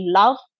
love